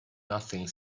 nothing